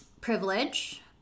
privilege